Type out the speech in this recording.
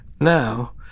Now